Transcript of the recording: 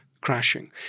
crashing